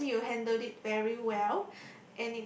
oh I see you handled it very well